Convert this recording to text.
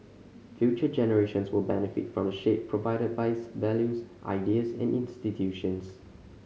future generations will benefit from the shade provided by his values ideas and institutions